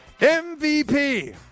MVP